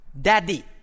daddy